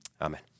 Amen